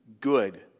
good